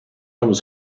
was